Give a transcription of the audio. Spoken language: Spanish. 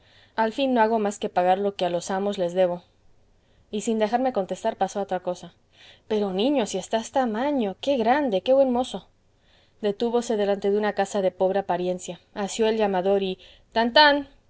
al fin no hago más que pagar lo que a los amos les debo y sin dejarme contestar pasó a otra cosa pero niño si estás tamaño qué grande qué buen mozo detúvose delante de una casa de pobre apariencia asió el llamador y tan tan